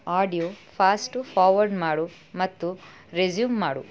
audio fast forward ಮಾಡು ಮತ್ತು resume ಮಾಡು